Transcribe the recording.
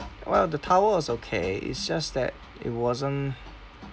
well the towel was okay it's just that it wasn't